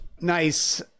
Nice